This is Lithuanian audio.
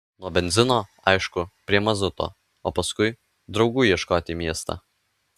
nuo benzino aišku prie mazuto o paskui draugų ieškot į miestą